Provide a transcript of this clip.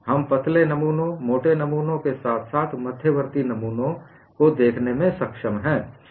हम पतले नमूनों मोटे नमूनों के साथ साथ मध्यवर्ती नमूनों को देखने में सक्षम हैं